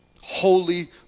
holy